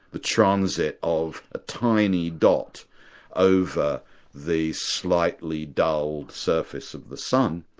the transit of a tiny dot over the slightly dull surface of the sun,